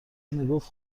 میگفتم